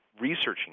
researching